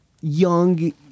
young